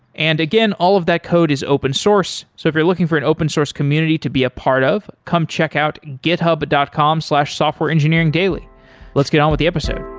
and again, all of that code is open source. so if you're looking an open source community to be a part of, come check out github dot com slash softwareengineeringdaily. let's get on with the episode.